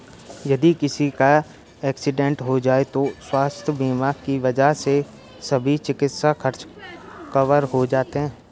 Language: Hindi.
यदि किसी का एक्सीडेंट हो जाए तो स्वास्थ्य बीमा की वजह से सभी चिकित्सा खर्च कवर हो जाते हैं